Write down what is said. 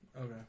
okay